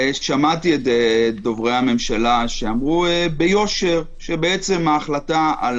שמעתי את דוברי הממשלה שאמרו ביושר שבעצם ההחלטה על